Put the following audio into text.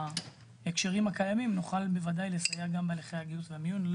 בהקשרים הקיימים נוכל בוודאי לסייע גם בהליכי הגיוס והמיון.